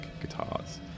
guitars